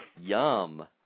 Yum